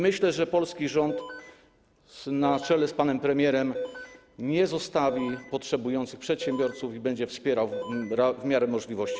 Myślę, że polski rząd na czele z panem premierem nie zostawi potrzebujących przedsiębiorców i będzie ich wspierał w miarą możliwości.